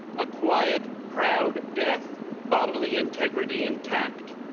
a quiet, proud death, bodily integrity intact,